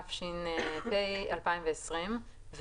התש"ף 2020‏,